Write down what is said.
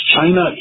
China